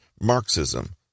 Marxism